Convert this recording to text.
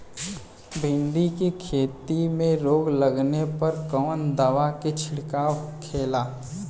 भिंडी की खेती में रोग लगने पर कौन दवा के छिड़काव खेला?